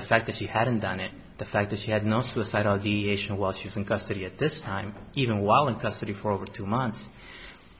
the fact that she hadn't done it the fact that she had not suicidal ideation while she was in custody at this time even while in custody for over two months